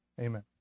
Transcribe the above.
Amen